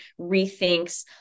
rethinks